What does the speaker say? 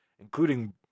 including